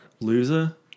Loser